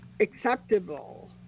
acceptable